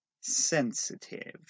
sensitive